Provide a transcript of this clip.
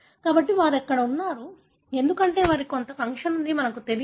కాబట్టి వారు అక్కడ ఉన్నారు ఎందుకంటే వారికి కొంత ఫంక్షన్ ఉంది మాకు తెలియదు